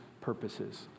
purposes